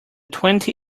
twenty